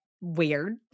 weird